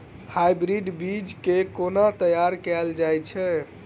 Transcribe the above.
Hybrid बीज केँ केना तैयार कैल जाय छै?